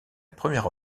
première